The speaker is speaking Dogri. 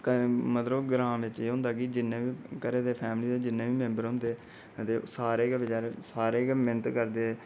मतलब ग्रां बिच एह् होंदा कि जिन्ने बी घरै दी फैमिली जिन्ने बी मेम्बर होंदे ते सारे गै मेहनत करदे